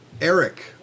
Eric